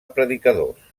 predicadors